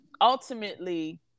ultimately